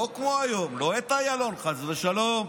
לא כמו היום, לא את איילון, חס ושלום,